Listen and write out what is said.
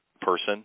person